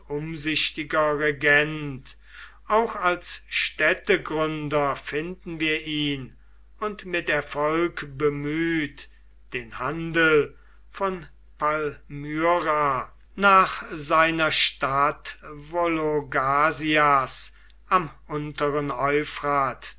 umsichtiger regent auch als städtegründer finden wir ihn und mit erfolg bemüht den handel von palmyra nach seiner stadt vologasias am unteren